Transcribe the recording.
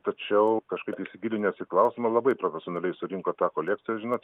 tačiau kažkaip įsigilinęs į klausimą labai profesionaliai surinko tą kolekciją žinot